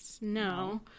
no